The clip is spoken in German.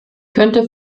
könnte